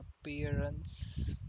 appearance